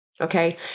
Okay